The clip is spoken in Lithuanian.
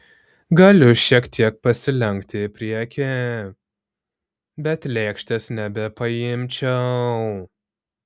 galiu šiek tiek pasilenkti į priekį bet lėkštės nebepaimčiau